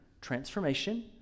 transformation